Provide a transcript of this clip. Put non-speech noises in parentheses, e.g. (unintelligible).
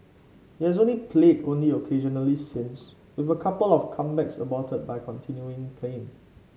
he has (unintelligible) played only occasionally since with a couple of comebacks aborted by continuing pain